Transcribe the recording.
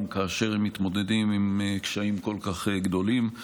כאשר הם מתמודדים עם קשיים כל כך גדולים.